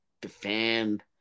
defend